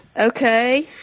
Okay